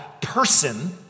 person